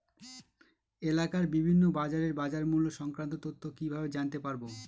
এলাকার বিভিন্ন বাজারের বাজারমূল্য সংক্রান্ত তথ্য কিভাবে জানতে পারব?